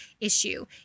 issue